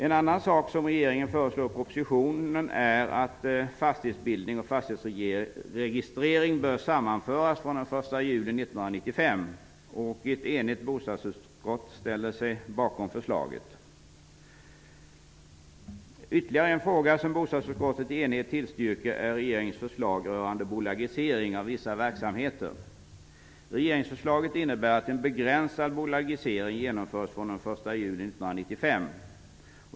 En annan sak som regeringen föreslår i propositionen är att fastighetsbildning och fastighetsregistrering bör sammanföras från den 1 Ytterligare en fråga som bostadsutskottet i enighet tillstyrker är regeringens förslag rörande bolagisering av vissa verksamheter. Regeringsförslaget innebär att en begränsad bolagisering genomförs från den 1 juli 1995.